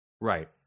Right